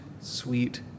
sweet